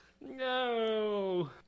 No